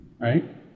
right